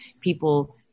people